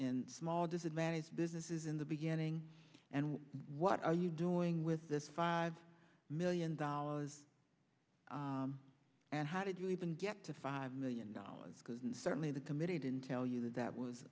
in small disadvantaged businesses in the beginning and what are you doing with this five million dollars and how did you even get to five million dollars because and certainly the committee didn't tell you that that was